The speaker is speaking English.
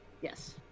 Yes